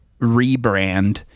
rebrand